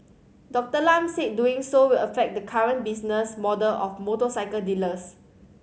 Doctor Lam said doing so will affect the current business model of motorcycle dealers